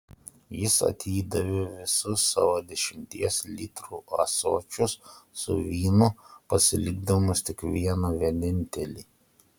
jis atidavė visus savo dešimties litrų ąsočius su vynu pasilikdamas tik vieną vienintelį